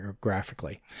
graphically